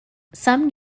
some